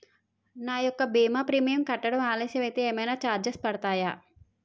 నా యెక్క భీమా ప్రీమియం కట్టడం ఆలస్యం అయితే ఏమైనా చార్జెస్ పడతాయా?